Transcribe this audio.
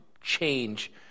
change